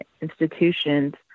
institutions